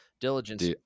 diligence